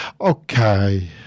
Okay